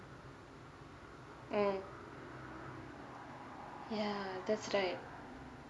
mm ya that's right